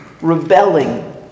rebelling